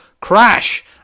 Crash